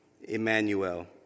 Emmanuel